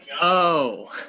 go